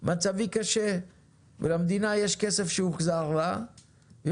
מצבי קשה ולמדינה יש כסף שהוחזר לה והיא